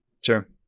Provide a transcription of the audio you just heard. Sure